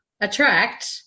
attract